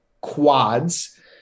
quads